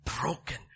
broken